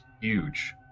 huge